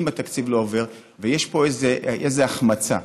אם התקציב לא עובר, ויש פה איזו החמצה.